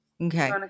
Okay